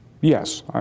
yes